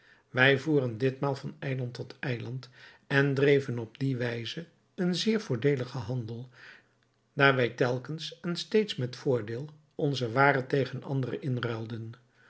wij voeren ditmaal van eiland tot eiland en dreven op die wijze een zeer voordeeligen handel daar wij telkens en steeds met voordeel onze waren tegen andere inruilden